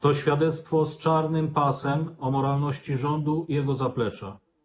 To świadectwo z czarnym paskiem z moralności rządu i jego zaplecza.